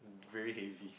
very heavy